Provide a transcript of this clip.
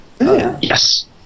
Yes